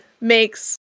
makes